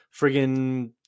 friggin